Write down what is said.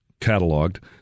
cataloged